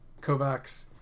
Kovacs